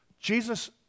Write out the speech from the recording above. Jesus